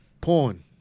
Porn